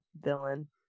villain